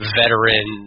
veteran